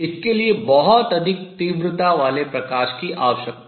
इसके लिए बहुत अधिक तीव्रता वाले प्रकाश की आवश्यकता होती है